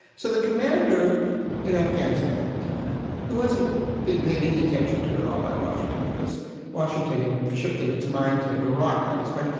so the commander in afghanistan at the time who wasn't being paid any attention to at all by washington because washington had shifted its mind to iraq by this point.